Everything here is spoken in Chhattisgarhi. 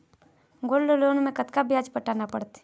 गोल्ड लोन मे कतका ब्याज पटाना पड़थे?